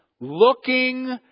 Looking